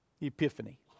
Epiphany